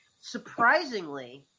surprisingly